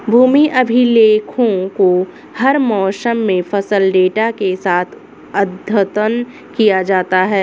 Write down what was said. भूमि अभिलेखों को हर मौसम में फसल डेटा के साथ अद्यतन किया जाता है